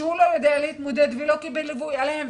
שהוא לא יודע להתמודד ולא קיבל ליווי עליהם,